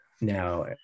now